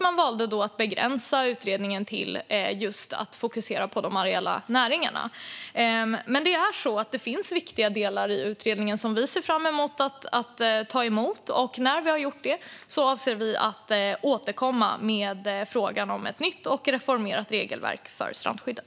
Man valde då att begränsa utredningen till att fokusera på de areella näringarna. Det finns dock viktiga delar i utredningen, som vi ser fram emot att ta emot. När vi har gjort det avser vi att återkomma med frågan om ett nytt och reformerat regelverk för strandskyddet.